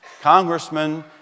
congressmen